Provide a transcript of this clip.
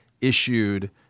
issued